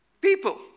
People